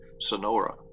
Sonora